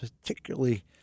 particularly